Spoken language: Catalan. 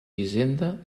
hisenda